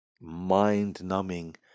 mind-numbing